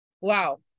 wow